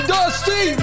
Dusty